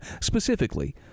specifically